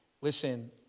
Listen